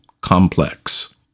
complex